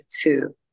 two